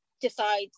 decide